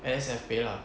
N_S_F pay lah